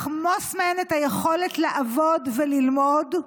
לחמוס מהן את היכולת לעבוד וללמוד,